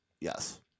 Yes